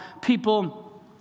people